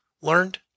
learned